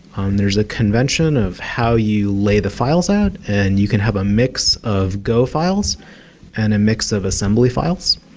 um there's a convention of how you lay the files at and you can have a mix of go files and a mix of assembly files,